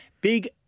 Big